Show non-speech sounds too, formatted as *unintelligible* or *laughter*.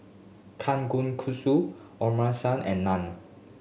*unintelligible* and Naan